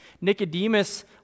Nicodemus